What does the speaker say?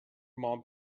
mom